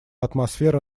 атмосфера